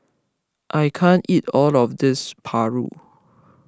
I can't eat all of this Paru